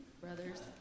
brothers